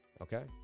okay